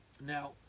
Now